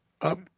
up-